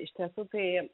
iš tiesų tai